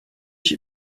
ich